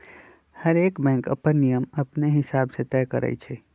हरएक बैंक अप्पन नियम अपने हिसाब से तय करई छई